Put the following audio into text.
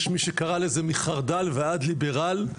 יש מי שקרא לזה מחרד"ל ועד ליברל,